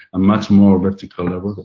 ah much more vertical level,